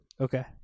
Okay